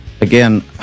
Again